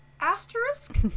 asterisk